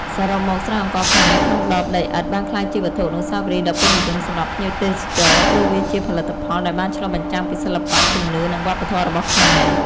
សរុបមក ស្រាអង្ករខ្មែរក្នុងដបដីឥដ្ឋបានក្លាយជាវត្ថុអនុស្សាវរីយ៍ដ៏ពេញនិយមសម្រាប់ភ្ញៀវទេសចរ ព្រោះវាជាផលិតផលដែលបានឆ្លុះបញ្ចាំងពីសិល្បៈ ជំនឿ និងវប្បធម៌របស់ខ្មែរ។